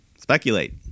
Speculate